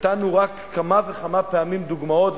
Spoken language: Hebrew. נתנו רק כמה וכמה פעמים דוגמאות,